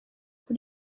kuri